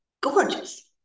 gorgeous